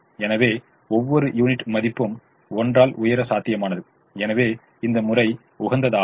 எனவே ஒவ்வொரு யூனிட் மதிப்பும் 1 உயர சாத்தியமானது எனவே இந்த முறை உகந்ததாகும்